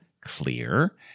clear